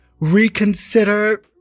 reconsider